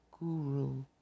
guru